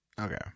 Okay